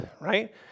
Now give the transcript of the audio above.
right